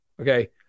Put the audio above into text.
Okay